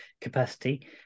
capacity